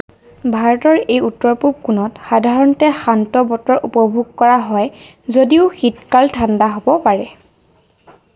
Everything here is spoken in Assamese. ভাৰতৰ এই উত্তৰ পূব কোণত সাধাৰণতে শান্ত বতৰ উপভোগ কৰা হয় যদিও শীতকাল ঠাণ্ডা হ'ব পাৰে